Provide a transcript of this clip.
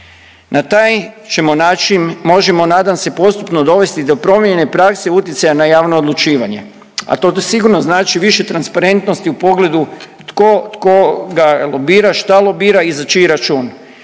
Na taj ćemo način možemo nadam se postupno dovesti do promjene prakse utjecaja na javno odlučivanje, a to sigurno znači više transparentnosti u pogledu tko, tko ga lobira, šta lobira i za čiji račun.